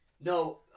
no